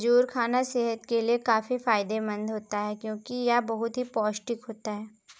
खजूर खाना सेहत के लिए काफी फायदेमंद होता है क्योंकि यह बहुत ही पौष्टिक होता है